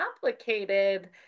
complicated